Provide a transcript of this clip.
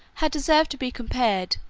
has deserved to be compared,